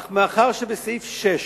אך מאחר שבסעיף 6